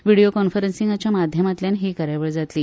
व्हिडियो कॉन्फरन्सींगाच्या माध्यमांतल्यान ही कार्यावळ जातली